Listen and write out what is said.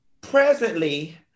presently